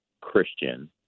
Christian